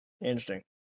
Interesting